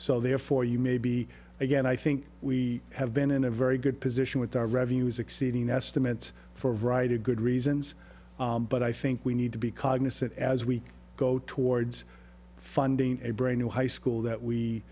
so therefore you may be again i think we have been in a very good position with our revenues exceeding estimates for a variety of good reasons but i think we need to be cognizant as we go towards funding a brain in high school that we